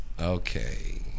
okay